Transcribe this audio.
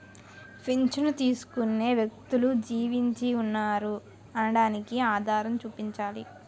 పింఛను తీసుకునే వ్యక్తులు జీవించి ఉన్నారు అనడానికి ఆధారం చూపించాలి